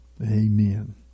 Amen